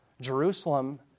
Jerusalem